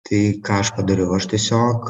tai ką aš padariau aš tiesiog